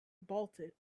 bolted